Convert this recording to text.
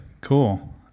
cool